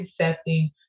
accepting